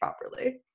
properly